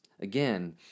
again